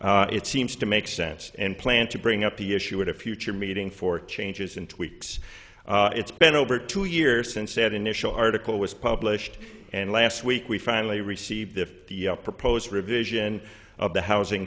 quote it seems to make sense and plan to bring up the issue at a future meeting for changes in two weeks it's been over two years since that initial article was published and last week we finally received that the proposed revision of the housing